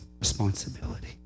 responsibility